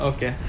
Okay